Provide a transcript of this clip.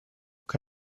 che